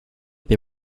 they